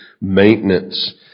maintenance